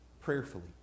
prayerfully